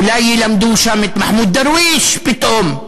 אולי ילמדו שם את מחמוד דרוויש פתאום.